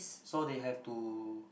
so they have to